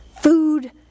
food